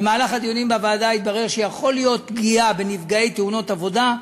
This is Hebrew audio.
בדיונים בוועדה התברר שיכולה להיות פגיעה בנפגעי תאונות עבודה,